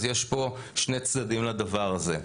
אז יש פה שני צדדים לדבר הזה.